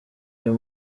uyu